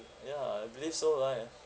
ya I believe so right